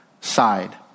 side